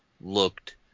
looked